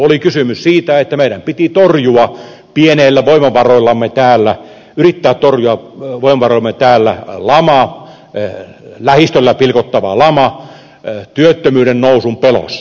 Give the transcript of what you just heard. oli kysymys siitä että meidän piti torjua pienellä näyttämöllä me täällä niitä turhia ja pienillä voimavaroillamme yrittää torjua lähistöllä pilkottava lama työttömyyden nousun pelossa